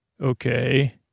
Okay